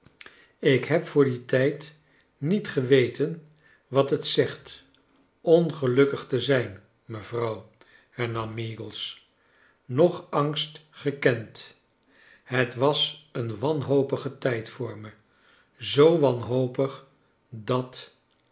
ik heb voor dien tijd niet geweten wat het zegt ongelukkig te zijn mevrouw hernam meagles noch angst gekend het was een wanhopige tijd voor me zoo wanhopig dat